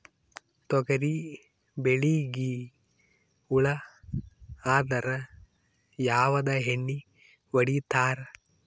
ತೊಗರಿಬೇಳಿಗಿ ಹುಳ ಆದರ ಯಾವದ ಎಣ್ಣಿ ಹೊಡಿತ್ತಾರ?